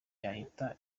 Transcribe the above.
yahita